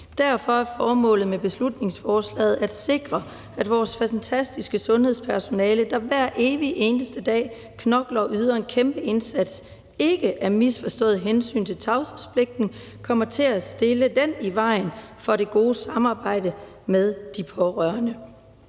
Derfor er formålet med beslutningsforslaget at sikre, at vores fantastiske sundhedspersonale, der hver evig eneste dag knokler og yder en kæmpe indsats, ikke af misforstået hensyn til tavshedspligten kommer til at stille den i vejen for det gode samarbejde med de pårørende.